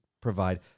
provide